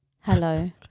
Hello